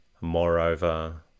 Moreover